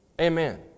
Amen